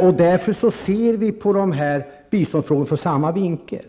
Vi ser därför på biståndsfrågorna ur samma vinkel,